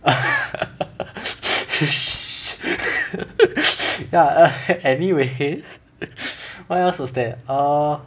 anyway what else was there err